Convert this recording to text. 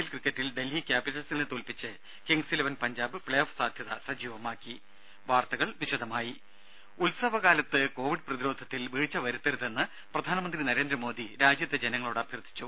L ക്രിക്കറ്റിൽ ഡൽഹി ക്യാപ്പിറ്റൽസിനെ തോൽപ്പിച്ച് കിംഗ്സ് ഇലവൻ പഞ്ചാബ് പ്പേഓഫ് സാധ്യത സജീവമാക്കി വാർത്തകൾ വിശദമായി ഉത്സവകാലത്ത് കോവിഡ് പ്രതിരോധത്തിൽ വീഴ്ച വരുത്തരുതെന്ന് പ്രധാനമന്ത്രി നരേന്ദ്രമോദി രാജ്യത്തെ ജനങ്ങളോട് അഭ്യർത്ഥിച്ചു